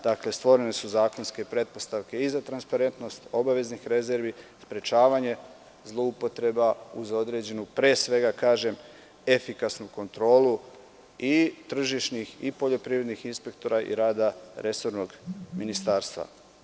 Dakle, stvorene su zakonske pretpostavke i za transparentnost obaveznih rezervi, sprečavanje zloupotreba uz određenu efikasnu kontrolu i tržišnih i poljoprivrednih inspektora i rada resornog ministarstva.